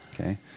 okay